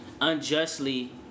unjustly